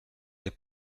les